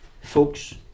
Folks